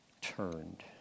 turned